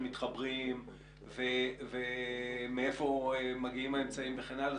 מתחברים ומאיפה מגיעים האמצעים וכן הלאה,